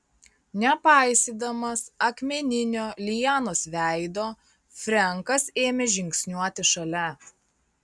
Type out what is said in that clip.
nepaisydamas akmeninio lianos veido frenkas ėmė žingsniuoti šalia